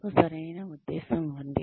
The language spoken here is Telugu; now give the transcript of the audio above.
మీకు సరైన ఉద్దేశం ఉంది